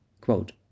Quote